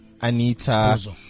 Anita